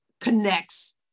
connects